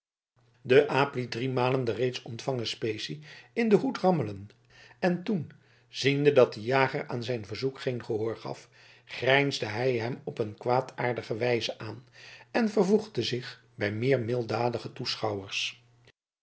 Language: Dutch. de aap liet driemalen de reeds ontvangen specie in den hoed rammelen en toen ziende dat de jager aan zijn verzoek geen gehoor gaf grijnsde hij hem op een kwaadaardige wijze aan en vervoegde zich bij meer milddadige toeschouwers